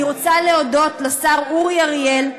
אני רוצה להודות לשר אורי אריאל,